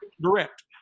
direct